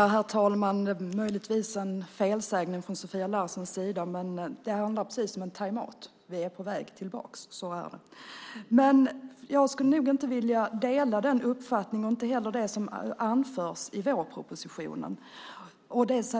Herr talman! Möjligtvis gjordes det en felsägning från Sofia Larsens sida. Ja, det handlar om just en timeout. Vi är på väg tillbaka - så är det. Jag skulle nog inte vilja säga att jag delar uppfattningen här och inte heller håller jag med om det som anförs i vårpropositionen.